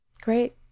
Great